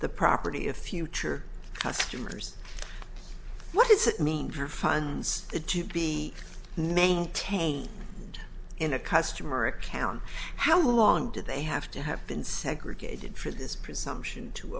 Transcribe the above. the property of future customers what does it mean for funds that to be maintained in a customer account how long do they have to have been segregated for this presumption to